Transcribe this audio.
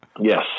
Yes